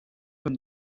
from